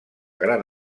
gran